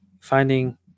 finding